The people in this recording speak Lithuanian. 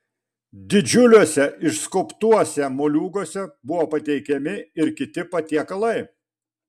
didžiuliuose išskobtuose moliūguose buvo pateikiami ir kiti patiekalai